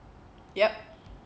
yup